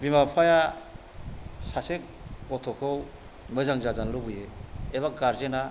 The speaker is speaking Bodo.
बिमा बिफाया सासे गथ'खौ मोजां जाजानो लुबैयो एबा गारजेना